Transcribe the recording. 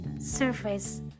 surface